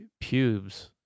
pubes